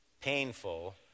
painful